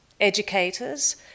educators